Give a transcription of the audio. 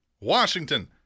Washington